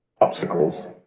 obstacles